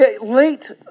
Late